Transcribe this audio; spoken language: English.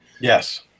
Yes